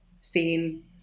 seen